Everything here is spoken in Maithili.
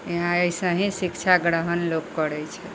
यहाँ एसे ही शिक्षा ग्रहण लोक करै छै